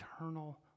eternal